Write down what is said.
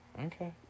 Okay